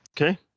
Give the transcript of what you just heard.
Okay